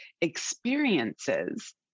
experiences